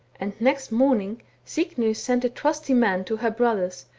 and next morning signy sent a trusty man to her brothers,